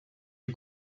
est